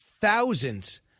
thousands